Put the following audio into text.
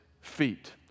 feet